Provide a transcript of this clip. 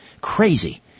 Crazy